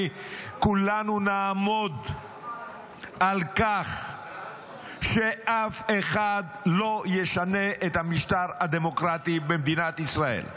וכולנו נעמוד על כך שאף אחד לא ישנה את המשטר הדמוקרטי במדינת ישראל.